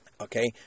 okay